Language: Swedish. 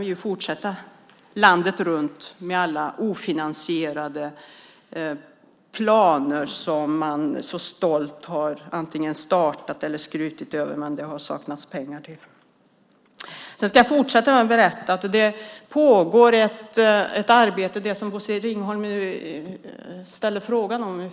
Vi kan fortsätta landet runt med alla projekt som man så stolt startade eller skröt med men där det saknades pengar.